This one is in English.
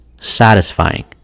satisfying